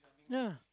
ya